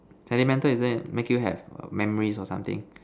sentimental isn't it make you have memories or something